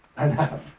Enough